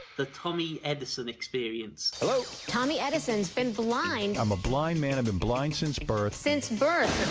the tommy edison experience. hello? tommy edison's been blind. i'm a blind man i've been blind since birth. since birth!